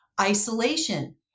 Isolation